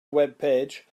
webpage